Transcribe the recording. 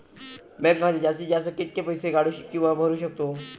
Bank खात्यात जास्तीत जास्त कितके पैसे काढू किव्हा भरू शकतो?